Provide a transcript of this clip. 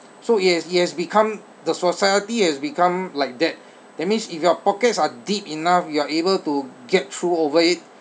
so it has it has become the society has become like that that means if your pockets are deep enough you are able to get through over it